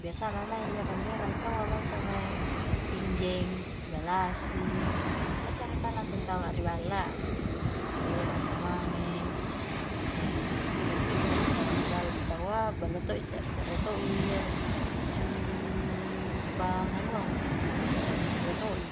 biasana mae ngerang-ngerang tau a bangsa mae pinjeng, galasi, ka caritana tu antama ri balla, berasa mange, jari injo punna tuntama ri balla tau a, ballo to i se're-se're to i si panganuang, se're-se're to i.